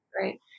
Right